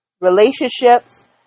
relationships